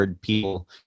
people